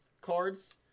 cards